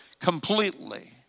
completely